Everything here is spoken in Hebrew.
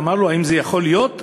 ואמר לו: האם זה יכול להיות?